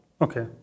Okay